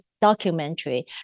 documentary